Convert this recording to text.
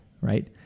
right